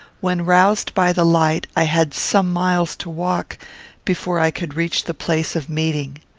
when roused by the light, i had some miles to walk before i could reach the place of meeting.